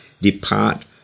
depart